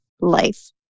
life